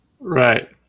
Right